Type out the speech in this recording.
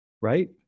right